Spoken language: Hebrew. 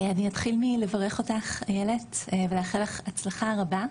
אני אתחיל מלברך אותך, איילת, ולאחל לך הצלחה רבה.